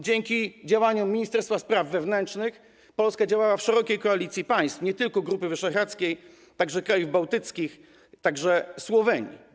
Dzięki staraniom Ministerstwa Spraw Wewnętrznych Polska działała w szerokiej koalicji państw, nie tylko Grupy Wyszehradzkiej, ale też krajów bałtyckich, Słowenii.